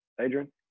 Adrian